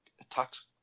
attacks